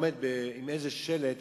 אם אדם עומד עם איזה שלט,